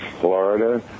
Florida